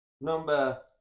Number